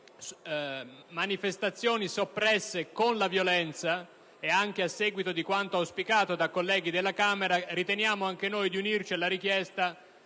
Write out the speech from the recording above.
manifestazioni soppresse con la violenza e anche a seguito di quanto auspicato da colleghi della Camera, riteniamo anche noi di unirci alla richiesta